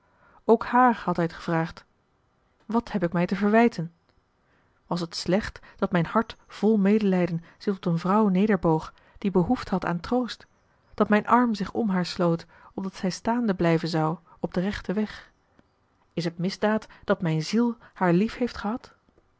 ook haar had hij t gevraagd wat heb ik mij te verwijten was t slecht dat mijn hart vol medelijden zich tot een vrouw nederboog die behoefte had marcellus emants een drietal novellen aan troost dat mijn arm zich om haar sloot opdat zij staande blijven zou op den rechten weg is t misdaad dat mijn ziel haar lief heeft gehad